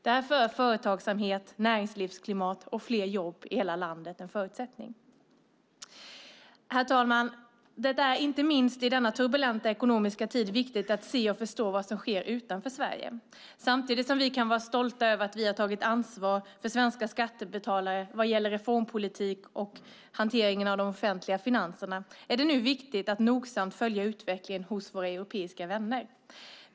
Därför är företagsamhet, näringslivsklimat och fler jobb i hela landet en förutsättning. Herr talman! Det är, inte minst i denna turbulenta ekonomiska tid, viktigt att se och förstå vad som sker runt utanför Sverige. Samtidigt som vi kan vara stolta över att vi har tagit ansvar för svenska skattebetalare vad gäller reformpolitiken och hanteringen av de offentliga finanserna är det nu viktigt att nogsamt följa utvecklingen hos våra europeiska vänner.